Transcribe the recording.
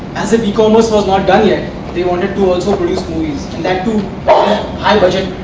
as if e-commerce was not done yet they wanted to also produce movies. and that too ah high budget,